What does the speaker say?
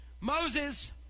Moses